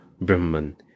Brahman